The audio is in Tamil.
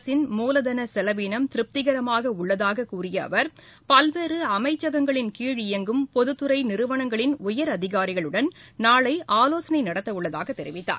அரசின் மூலதன செலவினம் திருப்திகரமாக உள்ளதாக கூறிய அவர் பல்வேறு அமைச்சங்களின் கீழ் இயங்கும் பொதுத் துறை நிறுவனங்களின் உயரதிகாரிகளுடன் நாளை ஆலோசனை நடத்தவுள்ளதாக தெரிவித்தார்